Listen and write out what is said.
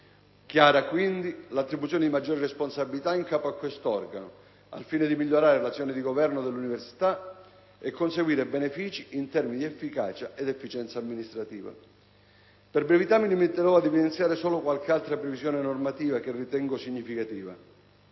chiara, quindi, l'attribuzione di maggiori responsabilità in capo a questo organo, al fine di migliorare l'azione di governo dell'università e conseguire benefìci in termini di efficacia ed efficienza amministrativa. Per brevità, mi limiterò ad evidenziare solo qualche altra previsione normativa che ritengo significativa.